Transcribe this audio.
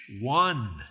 one